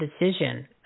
decision